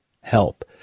help